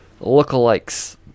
lookalikes